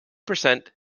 percent